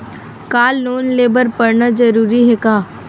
का लोन ले बर पढ़ना जरूरी हे का?